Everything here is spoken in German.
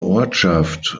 ortschaft